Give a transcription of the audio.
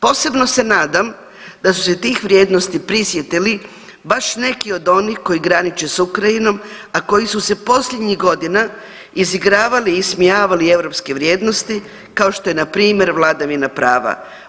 Posebno se nadam da su se tih vrijednosti prisjetili baš neki od onih koji graniče sa Ukrajinom, a koji su se posljednjih godina izigravali i ismijavali europske vrijednosti kao što je npr. vladavina prava.